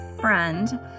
friend